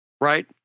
right